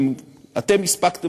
אתם הספקתם,